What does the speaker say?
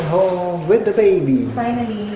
with the baby! finally!